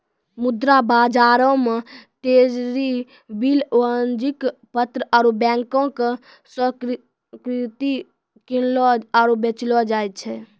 मुद्रा बजारो मे ट्रेजरी बिल, वाणिज्यक पत्र आरु बैंको के स्वीकृति किनलो आरु बेचलो जाय छै